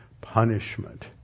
punishment